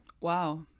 Wow